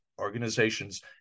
organizations